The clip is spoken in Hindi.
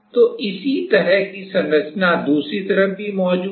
तो इसी तरह की संरचना दूसरी तरफ भी मौजूद है